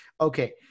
Okay